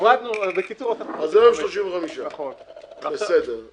אז זה יוצא 35. בבקשה,